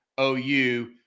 OU